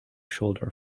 shoulder